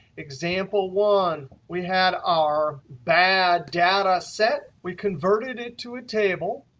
example one, we had our bad data set. we converted it to a table.